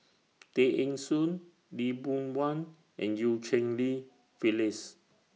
Tay Eng Soon Lee Boon Wang and EU Cheng Li Phyllis